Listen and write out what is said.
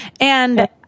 And-